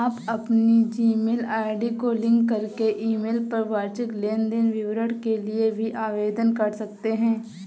आप अपनी Gmail ID को लिंक करके ईमेल पर वार्षिक लेन देन विवरण के लिए भी आवेदन कर सकते हैं